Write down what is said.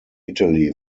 italy